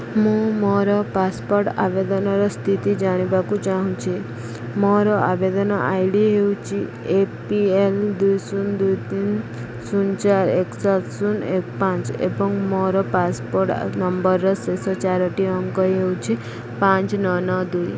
ମୁଁ ମୋର ପାସପୋର୍ଟ୍ ଆବେଦନର ସ୍ଥିତି ଜାଣିବାକୁ ଚାହୁଁଛି ମୋର ଆବେଦନ ଆଇ ଡ଼ି ହେଉଛି ଏ ପି ଏଲ୍ ଦୁଇ ଶୂନ ଦୁଇ ତିନି ଶୂନ ଚାରି ଏକ ସାତ ଶୂନ ଏକ ପାଞ୍ଚ ଏବଂ ମୋର ପାସପୋର୍ଟ୍ ନମ୍ବରର ଶେଷ ଚାରୋଟି ଅଙ୍କ ହେଉଛି ପାଞ୍ଚ ନଅ ନଅ ଦୁଇ